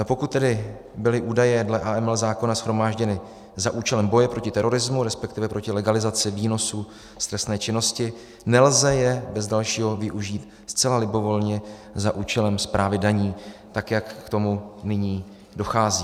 Pokud tedy byly údaje dle AML zákona shromážděny za účelem boje proti terorismu, resp. proti legalizaci výnosů z trestné činnosti, nelze je bez dalšího využít zcela libovolně za účelem správy daní tak, jak k tomu nyní dochází.